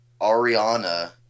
Ariana